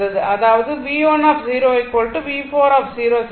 அதாவது V1 V4 0